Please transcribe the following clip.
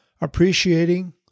Appreciating